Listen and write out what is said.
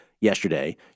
yesterday